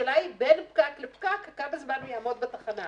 השאלה היא בין פקק לפקק כמה זמן הוא יעמוד בתחנה.